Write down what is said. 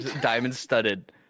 diamond-studded